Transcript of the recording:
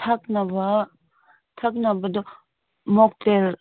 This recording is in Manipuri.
ꯊꯛꯅꯕ ꯊꯛꯅꯕꯗꯣ ꯃꯣꯛꯇꯦꯜ